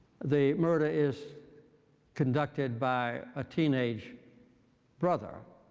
the murder is conducted by a teenage brother